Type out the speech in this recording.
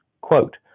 Quote